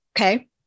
Okay